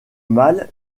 mâle